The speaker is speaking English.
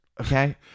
Okay